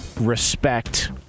respect